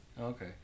Okay